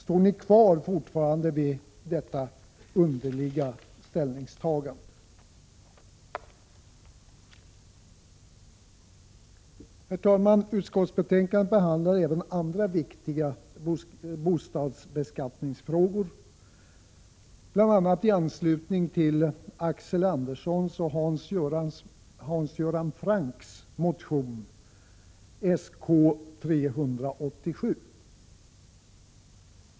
Står ni fortfarande fast vid detta underliga ställningstagande? Herr talman! I utskottsbetänkandet behandlas även andra viktiga bostadsbeskattningsfrågor, bl.a. i anslutning till Axel Anderssons och Hans Göran Francks motion Sk387.